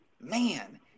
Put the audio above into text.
man